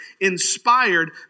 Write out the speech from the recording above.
inspired